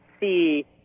see